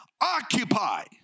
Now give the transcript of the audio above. Occupy